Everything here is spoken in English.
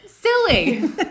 silly